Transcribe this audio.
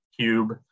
Cube